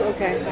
Okay